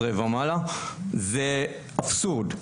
ומעלה, זה אבסורד.